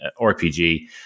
RPG